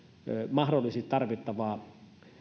mahdollisesti tarvittavia